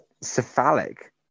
cephalic